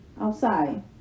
outside